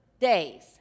days